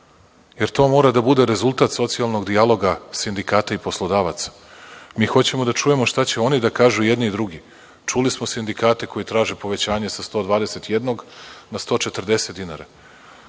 jer to mora da bude rezultat socijalnog dijaloga sindikata i poslodavaca. Mi hoćemo da čujemo šta će oni da kažu, i jedni i drugi. Čuli smo sindikate koji traže povećanje sa 121 na 140 dinara.